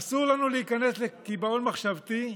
אסור לנו להיכנס לקיבעון מחשבתי.